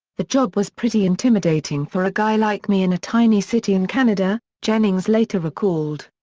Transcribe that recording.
the job was pretty intimidating for a guy like me in a tiny city in canada, jennings later recalled.